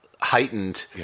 heightened